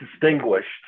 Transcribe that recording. distinguished